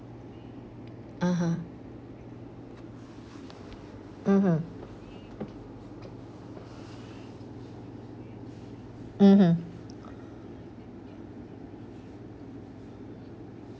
(uh huh) mmhmm mmhmm